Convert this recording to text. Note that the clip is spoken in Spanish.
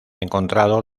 encontrado